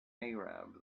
arab